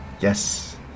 Yes